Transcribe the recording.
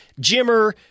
Jimmer